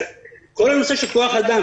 אז כל הנושא של כוח אדם